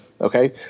Okay